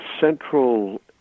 central